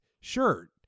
shirt